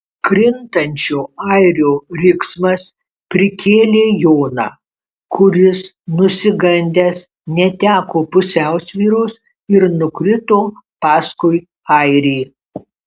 krintančio airio riksmas prikėlė joną kuris nusigandęs neteko pusiausvyros ir nukrito paskui airį